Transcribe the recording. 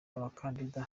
abakandida